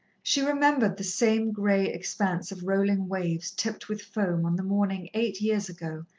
she remembered the same grey expanse of rolling waves tipped with foam on the morning, eight years ago,